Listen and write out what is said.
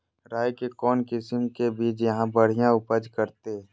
राई के कौन किसिम के बिज यहा बड़िया उपज करते?